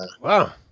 wow